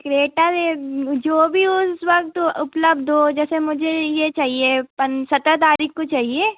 Creta वेब जो भी हो उस वक़्त वो उपलब्ध हो जैसे मुझे ये चाहिए पर सत्रह तारीख़ को चाहिए